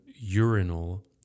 urinal